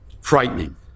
Frightening